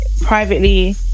privately